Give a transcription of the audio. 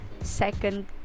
second